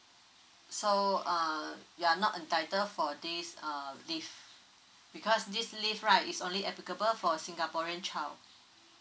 so um you are not entitled for this err leave because this leave right is only applicable for singaporean child